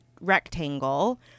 rectangle